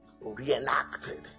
reenacted